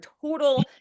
total